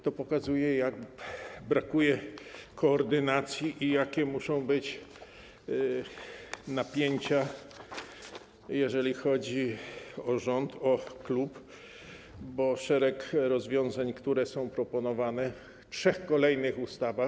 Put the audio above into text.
To pokazuje, jak brakuje koordynacji i jakie muszą być napięcia, jeżeli chodzi o rząd, o klub, bo szereg rozwiązań, które są proponowane w trzech kolejnych ustawach.